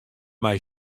mei